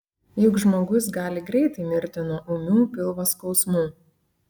juk žmogus gali greitai mirti nuo ūmių pilvo skausmų